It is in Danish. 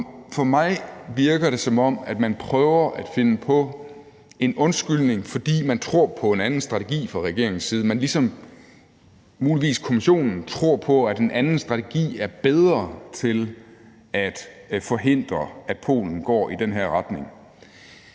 På mig virker det, som om man prøver at finde på en undskyldning, fordi man fra regeringens side tror på en anden strategi, hvor man, muligvis Kommissionen, ligesom tror på, at en anden strategi er bedre til at forhindre, at Polen går i den her retning.